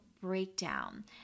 breakdown